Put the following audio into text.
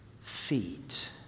feet